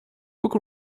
book